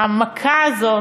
המכה הזאת